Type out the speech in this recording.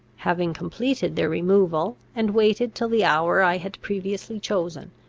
having completed their removal, and waited till the hour i had previously chosen,